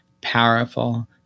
powerful